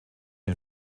den